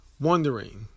wondering